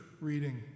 reading